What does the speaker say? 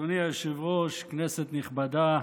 אדוני היושב-ראש, כנסת נכבדה,